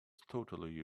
totally